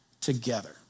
together